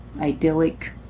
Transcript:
idyllic